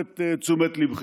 רק להסב את תשומת ליבכם: